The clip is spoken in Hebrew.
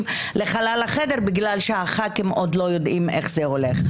לחלל החדר בגלל שחברי הכנסת לא יודעים איך זה הולך.